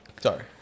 Sorry